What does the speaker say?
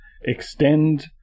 extend